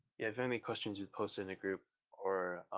yeah if any questions you post in the group or